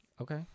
Okay